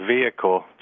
vehicle